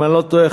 אם אני לא טועה,